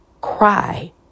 cry